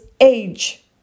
age